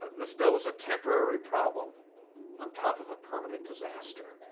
the spill was a temporary problem on top of a permanent disaster.